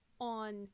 on